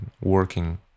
working